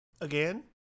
again